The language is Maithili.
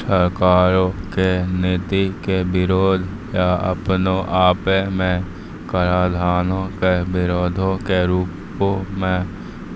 सरकारो के नीति के विरोध या अपने आपो मे कराधानो के विरोधो के रूपो मे